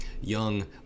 Young